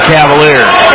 Cavaliers